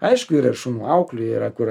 aišku yra šunų auklių yra kur